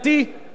זה צודק?